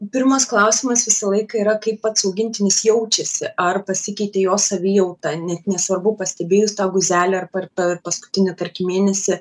pirmas klausimas visą laiką yra kaip pats augintinis jaučiasi ar pasikeitė jo savijauta net nesvarbu pastebėjus tą guzelį ar per pe paskutinį tarkim mėnesį